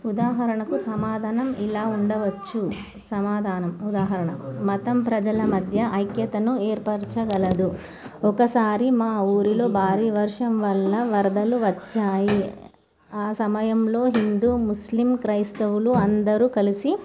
ఉదాహరణకు సమాధానం ఇలా ఉండవచ్చు సమాధానం ఉదాహరణ మతం ప్రజల మధ్య ఐక్యతను ఏర్పరచగలదు ఒకసారి మా ఊరిలో భారీ వర్షం వల్ల వరదలు వచ్చాయి ఆ సమయంలో హిందూ ముస్లిం క్రైస్తవులు అందరూ కలిసి